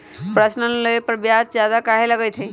Personal loan लेबे पर ब्याज ज्यादा काहे लागईत है?